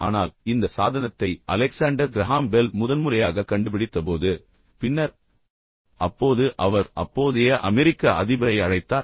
ஆனால் இந்த சாதனத்தை அலெக்ஸாண்டர் கிரஹாம் பெல் முதன்முறையாக கண்டுபிடித்த போது பின்னர் அப்போது அவர் அப்போதைய அமெரிக்க அதிபரை அழைத்தார்